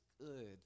good